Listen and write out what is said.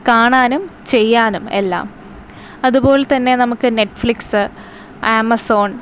കാണാനും ചെയ്യാനും എല്ലാം അതുപോലെ തന്നെ നമുക്ക് നെറ്റ്ഫ്ലിക്സ് ആമസോൺ